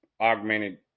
augmented